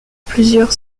plusieurs